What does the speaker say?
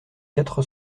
quatre